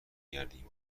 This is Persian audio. گردیم